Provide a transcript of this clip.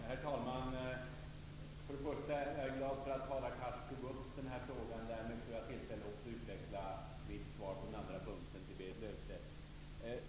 Herr talman! Jag är glad för att Hadar Cars tog upp denna fråga. Därmed får jag tillfälle att utveckla mitt svar till Berit Löfstedt.